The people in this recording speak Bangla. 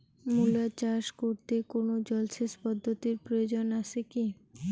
মূলা চাষ করতে কোনো জলসেচ পদ্ধতির প্রয়োজন আছে কী?